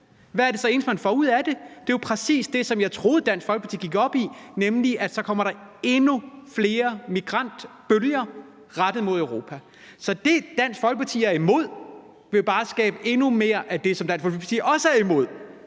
hvad er så det eneste, man får ud af det? Det er jo præcis det, som jeg troede Dansk Folkeparti gik op i, nemlig at der så kommer endnu flere migrantbølger rettet mod Europa. Så det, Dansk Folkeparti er imod, vil bare skabe endnu mere af det, som Dansk Folkeparti også er imod.